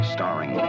Starring